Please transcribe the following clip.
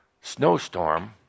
snowstorm